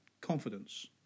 confidence